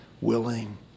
willing